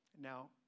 Now